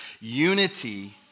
unity